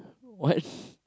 what